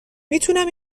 میتونم